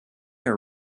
are